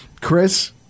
Chris